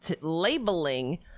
labeling